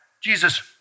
Jesus